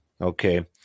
Okay